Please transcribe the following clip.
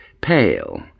pale